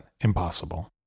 impossible